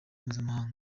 mpuzamahanga